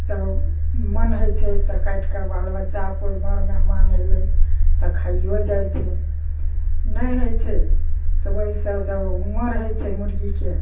तऽ मन होइ छै तऽ काटि कऽ बाल बच्चा कोइ मर मेहमान अयलै तऽ खाइयो जाइ छै नहि होइ छै तऽ ओहिसँ जब ऊमर होइ छै मुर्गीके